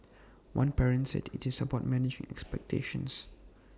one parent said IT is about managing expectations